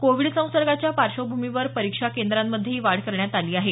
Covid संसर्गाच्या पार्श्वभूमीवर परीक्षा केंद्रांमध्येही वाढ करण्यात आली आहे